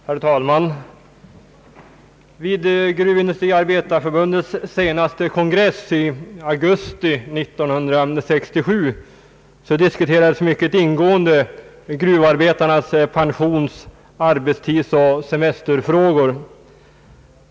Herr talman! Vid Gruvindustriarbetareförbundets senaste kongress i augusti 1967 diskuterades mycket ingående gruvarbetarnas pensions-, arbetstidsoch semesterfrågor.